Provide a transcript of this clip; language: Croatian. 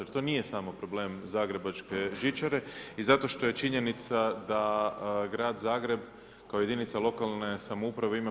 Jer to nije samo problem zagrebačke žičare i zato što je činjenica da grad Zagreb kao jedinica lokalne samouprave ima 1/